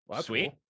Sweet